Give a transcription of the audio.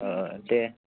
औ दे